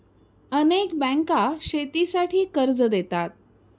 अनेक बँका शेतीसाठी कर्ज देतात